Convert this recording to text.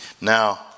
Now